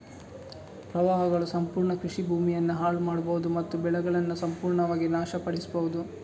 ಪ್ರವಾಹಗಳು ಸಂಪೂರ್ಣ ಕೃಷಿ ಭೂಮಿಯನ್ನ ಹಾಳು ಮಾಡ್ಬಹುದು ಮತ್ತು ಬೆಳೆಗಳನ್ನ ಸಂಪೂರ್ಣವಾಗಿ ನಾಶ ಪಡಿಸ್ಬಹುದು